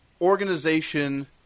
organization